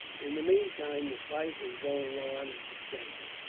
in the meantime, the fight was going on at the centre.